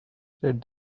said